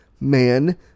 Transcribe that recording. man